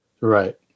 Right